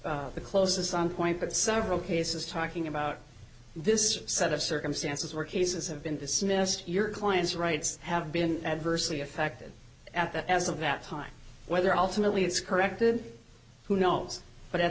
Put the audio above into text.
the closest point but several cases talking about this set of circumstances where cases have been dismissed your client's rights have been adversely affected at that as of that time whether alternately it's corrected who knows but at